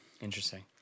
Interesting